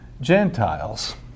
Gentiles